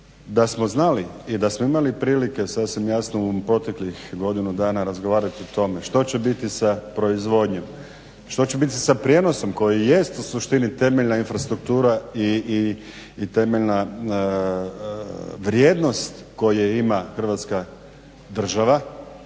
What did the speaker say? Da smo znali i da smo imali prilike sasvim jasno u proteklih godinu dana razgovarati o tome što će biti sa proizvodnjom, što će biti sa prijenosom koji jest u suštini temeljna infrastruktura i temeljna vrijednost koje ima Hrvatska država,